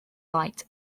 light